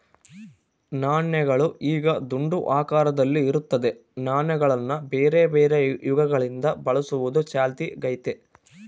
ನಾಣ್ಯಗಳು ಈಗ ದುಂಡು ಆಕಾರದಲ್ಲಿ ಇರುತ್ತದೆ, ನಾಣ್ಯಗಳನ್ನ ಬೇರೆಬೇರೆ ಯುಗಗಳಿಂದ ಬಳಸುವುದು ಚಾಲ್ತಿಗೈತೆ